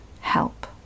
help